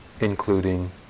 including